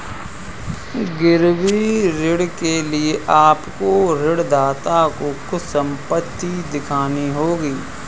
गिरवी ऋण के लिए आपको ऋणदाता को कुछ संपत्ति दिखानी होगी